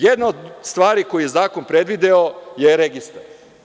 Jedna od stvari koju je zakon predvideo je registar.